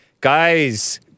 Guys